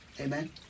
Amen